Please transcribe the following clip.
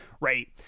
right